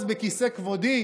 ש"אחוז בכיסא כבודי",